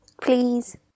Please